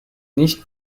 nicht